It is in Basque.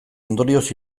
ondorioz